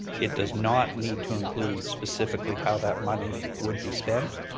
it does not need to include specifically how that money would be spent.